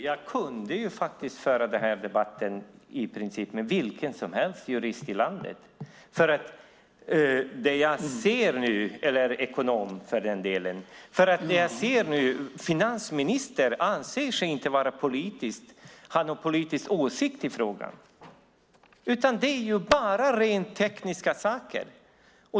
Fru talman! Jag kunde föra den här debatten i princip med vilken jurist eller ekonom som helst i landet. Finansministern anser sig inte ha någon politisk åsikt i frågan, utan det är bara rent tekniska saker.